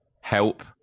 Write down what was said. help